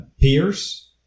peers